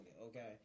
okay